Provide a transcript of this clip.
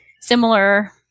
similar